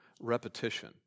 repetition